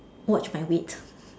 watch my weight